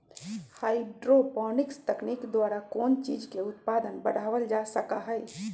hydroponics तकनीक द्वारा कौन चीज के उत्पादन बढ़ावल जा सका हई